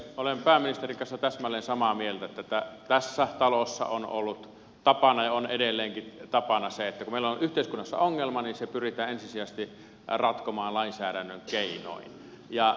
olen pääministerin kanssa täsmälleen samaa mieltä että tässä talossa on ollut tapana ja on edelleenkin tapana se että kun meillä on yhteiskunnassa ongelma niin se pyritään ensisijaisesti ratkomaan lainsäädännön keinoin